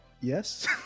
Yes